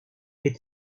est